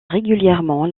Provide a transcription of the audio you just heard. régulièrement